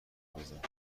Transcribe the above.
بزن